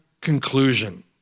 conclusion